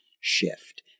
shift